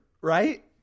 Right